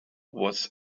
was